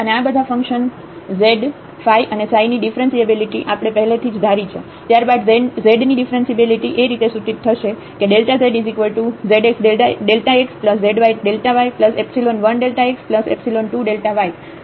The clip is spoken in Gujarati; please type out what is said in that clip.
અને આ બધા ફંક્શન z ϕ અને ψ ની ડિફ્રન્સિએબિલીટી આપણે પહેલેથીજ ધાર્યું છે ત્યારબાદ z ની ડિફ્રન્સિએબિલીટી એ રીતે સૂચિત થશે કે Δ zzx Δ xz y Δ yϵ1 Δxϵ2 Δ y